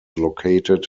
located